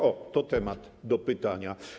O, to temat do pytania.